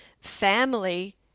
family